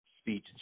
speech